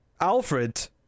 Alfred